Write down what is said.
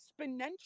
exponential